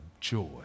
joy